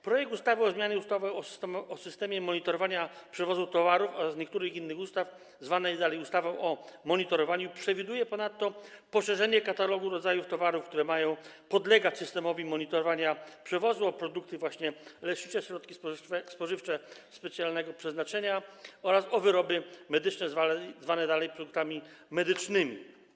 Projekt ustawy o zmianie ustawy o systemie monitorowania przewozu towarów oraz niektórych innych ustaw, zwanej ustawą o monitorowaniu, przewiduje ponadto poszerzenie katalogu rodzajów towarów, które mają podlegać systemowi monitorowania przewozu, o produkty lecznicze, środki spożywcze specjalnego przeznaczenia oraz wyroby medyczne, zwane dalej produktami medycznymi.